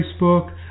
Facebook